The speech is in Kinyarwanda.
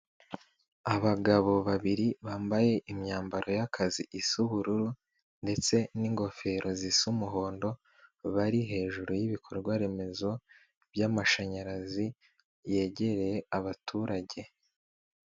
Abagabo babiri bambaye imyambaro y'akazi isa ubururu ndetse n'ingofero zisa umuhondo, bari hejuru y'ibikorwa remezo by'amashanyarazi yegereye abaturage.